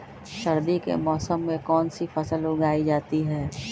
सर्दी के मौसम में कौन सी फसल उगाई जाती है?